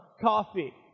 coffee